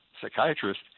psychiatrist